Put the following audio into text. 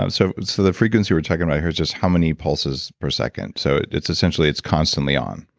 um so so the frequency we're talking about here is just how many pulses per second. so, it's essentially. it's constantly on.